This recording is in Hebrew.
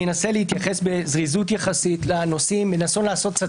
אני אנסה להתייחס בזריזות יחסית לנושאים ולנסות לעשות קצת